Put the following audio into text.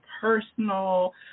personal